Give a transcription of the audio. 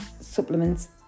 supplements